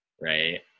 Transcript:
right